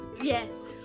Yes